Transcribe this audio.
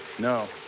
no.